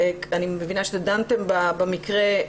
אני מבינה שדנתם במקרה.